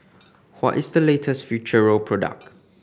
what is the latest Futuro product